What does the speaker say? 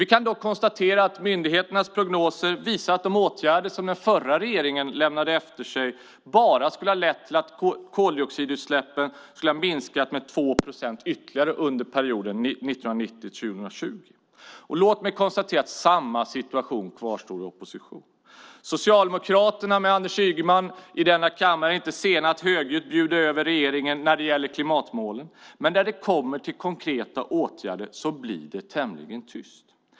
Vi kan då konstatera att myndigheternas prognoser visar att de åtgärder som den förra regeringen lämnade efter sig bara skulle ha lett till att koldioxidutsläppen hade minskat med 2 procent ytterligare under perioden 1990-2020. Låt mig konstatera att det är likadant när Socialdemokraterna är i opposition. Socialdemokraterna med Anders Ygeman är i denna kammare inte sena att högljutt bjuda över regeringen när det gäller klimatmålen. Men när det kommer till konkreta åtgärder blir det tämligen tyst.